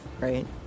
right